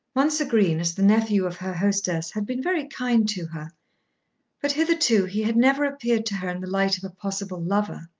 mounser green, as the nephew of her hostess, had been very kind to her but hitherto he had never appeared to her in the light of a possible lover.